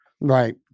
Right